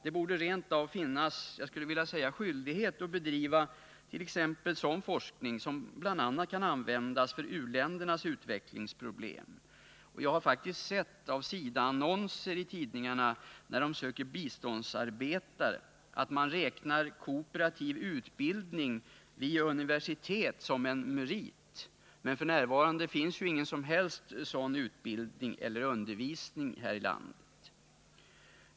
Det borde rent av finnas en — skulle jag vilja säga — skyldighet att bedriva sådan forskning som bl.a. kan användas för u-ländernas utvecklingsproblem. Och jag har faktiskt sett av SIDA-annonser i tidningarna där biståndsarbetare söks att man räknar kooperativ utbildning vid universitet som en merit. Men f.n. finns ju ingen som helst sådan utbildning eller undervisning här i landet.